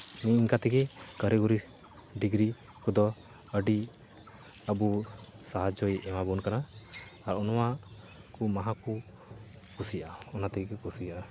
ᱱᱮᱝᱠᱟ ᱛᱮᱜᱮ ᱠᱟᱨᱤᱜᱚᱨᱤ ᱰᱤᱜᱽᱨᱤ ᱠᱚᱫᱚ ᱟᱹᱰᱤ ᱟᱵᱚ ᱥᱟᱦᱟᱡᱽᱡᱚᱭ ᱮᱢᱟᱵᱚᱱ ᱠᱟᱱᱟ ᱱᱚᱣᱟᱠᱚ ᱢᱟᱦᱟᱠᱚ ᱠᱩᱥᱤᱭᱟᱜᱼᱟ ᱚᱱᱟᱛᱮ ᱜᱮ ᱠᱚ ᱠᱩᱥᱤᱭᱟᱜᱼᱟ